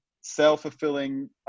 self-fulfilling